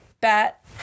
bat